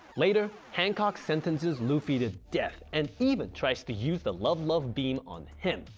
later hancock sentences luffy to death and even tries to use the love-love beam on him.